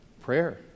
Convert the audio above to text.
Prayer